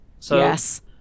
Yes